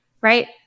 Right